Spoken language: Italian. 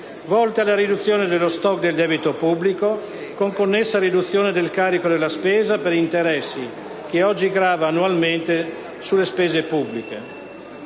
volte alla riduzione dello*stock* del debito pubblico, con connessa riduzione del carico della spesa per interessi, che oggi grava annualmente sulle spese pubbliche,